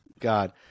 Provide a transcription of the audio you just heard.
God